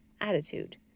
attitude